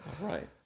right